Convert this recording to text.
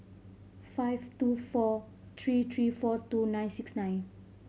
five two four three three four two nine six nine